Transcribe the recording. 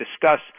discuss